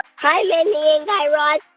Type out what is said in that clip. hi, mindy and guy raz.